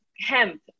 hemp